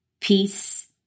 peace